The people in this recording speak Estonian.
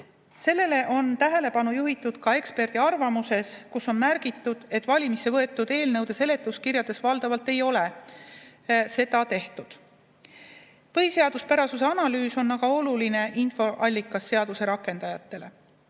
Sellele on tähelepanu juhitud ka eksperdiarvamuses, kus on märgitud, et valimisse võetud eelnõude seletuskirjades valdavalt ei ole seda tehtud. Põhiseaduspärasuse analüüs on aga oluline infoallikas seaduse rakendajatele.